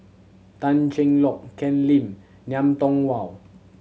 Tan Cheng Lock Ken Lim Ngiam Tong Wow